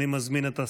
14